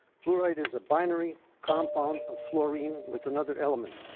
fluoride is a binary compound of florine with another element.